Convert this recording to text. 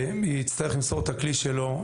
יצטרך למסור את הכלי שלו,